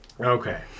Okay